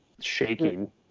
shaking